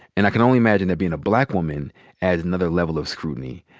and i can only imagine that being a black woman adds another level of scrutiny.